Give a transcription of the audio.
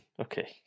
Okay